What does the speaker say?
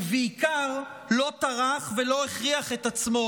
ובעיקר לא טרח ולא הכריח את עצמו